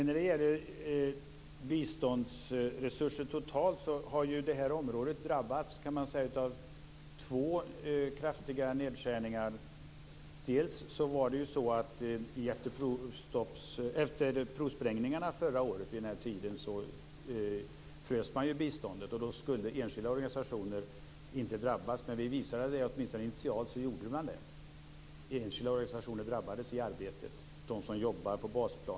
När det gäller biståndsresurserna totalt kan man säga att detta område har drabbats av två kraftiga nedskärningar. Efter provsprängningarna förra året vid denna tid frös man biståndet, och då skulle enskilda organisationer inte drabbas. Men vi visade att de drabbades åtminstone initialt. De enskilda organisationer som jobbade på basplanet drabbades i arbetet.